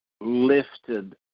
lifted